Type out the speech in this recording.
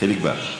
חיליק בר.